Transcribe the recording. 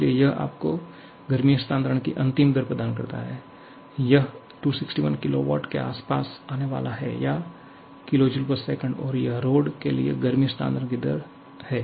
इसलिए यह आपको गर्मी हस्तांतरण की अंतिम दर प्रदान करता है यह 261 किलोवाट के आसपास आने वाला है या kJs और यह रॉड के लिए गर्मी हस्तांतरण की दर है